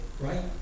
right